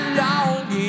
long